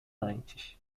antes